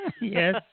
yes